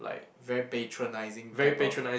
very patronising type of